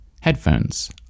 headphones